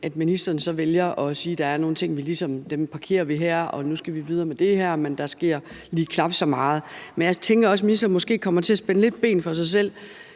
at ministeren så vælger at sige, at der ligesom er nogle ting, som man parkerer her, og at man nu skal videre med det her, men at der sker knap så meget. Men jeg tænker også, at ministeren måske lidt kommer til at spænde ben for sig selv.